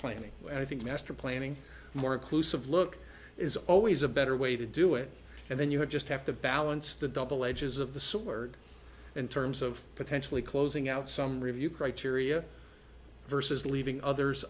planning i think master planning more inclusive look is always a better way to do it and then you would just have to balance the double edges of the sword in terms of potentially closing out some review criteria versus leaving others